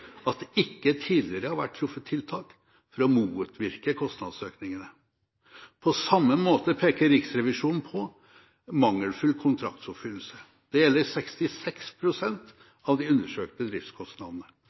at det ikke tidligere har vært truffet tiltak for å motvirke kostnadsøkningene. På samme måte peker Riksrevisjonen på mangelfull kontraktsoppfyllelse. Det gjelder 66